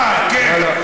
אה, כן.